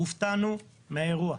הופתענו מהאירוע.